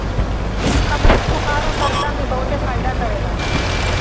कमरख बुखार उतरला में बहुते फायदा करेला